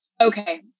Okay